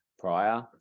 prior